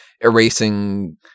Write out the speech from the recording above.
erasing